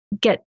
get